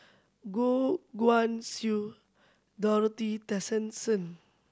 Goh Guan Siew Dorothy Tessensohn